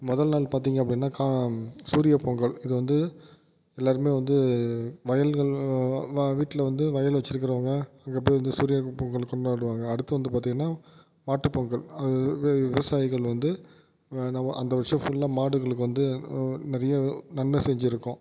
முதல் நாள் பார்த்திங்க அப்படினா கா சூரிய பொங்கல் இது வந்து எல்லோருமே வந்து வயல்கள் வ வீட்டில் வந்து வயல் வச்சுருக்குறவங்க அங்கே போய் வந்து சூரியன் பொங்கல் கொண்டாடுவாங்க அடுத்து வந்து பார்த்திங்கன்னா மாட்டுப் பொங்கல் அது வி விவசாயிகள் வந்து அந்த வருஷம் ஃபுல்லாக மாடுகளுக்கு வந்து நிறைய நன்மை செஞ்சுருக்கும்